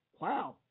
Wow